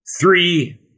three